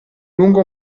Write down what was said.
lungo